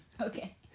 Okay